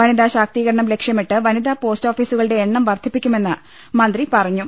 വനിതാ ശാക്തീകരണം ലക്ഷ്യമിട്ട് വനിതാ പോസ്റ്റ് ഓഫീസുകളുടെ എണ്ണം വർദ്ധിപ്പിക്കുമെന്ന് മന്ത്രി പറഞ്ഞു